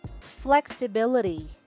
flexibility